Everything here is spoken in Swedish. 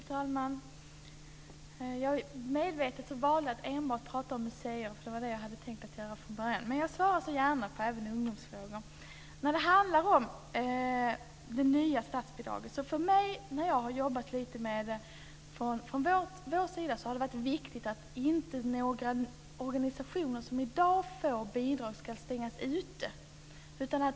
Fru talman! Jag valde medvetet att enbart prata om museer. Det var det som jag hade tänkt göra från början, men jag svarar så gärna även på ungdomsfrågor. När det gäller det nya statsbidraget har det från vår sida varit viktigt att inte några organisationer som i dag får bidrag ska stängas ute.